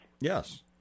Yes